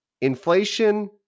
inflation